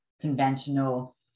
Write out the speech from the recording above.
conventional